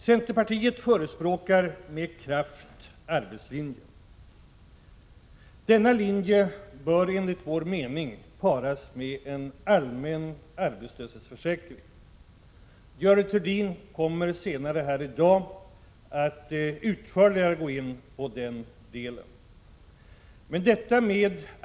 Centerpartiet förespråkar med kraft arbetslinjen. Denna linje bör enligt vår mening paras med en allmän arbetslöshetsförsäkring. Görel Thurdin kommer senare här i dag att utförligare gå in på den delen.